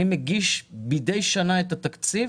אני מתכבד לפתוח את ישיבת ועדת הכספים בנושא הצעת תקציב